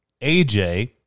AJ